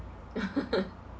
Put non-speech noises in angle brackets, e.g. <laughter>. <laughs>